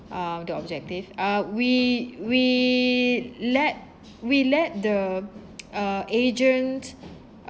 uh the objective ah we we let we let the uh agent